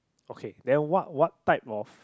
okay then what what type of